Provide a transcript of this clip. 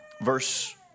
verse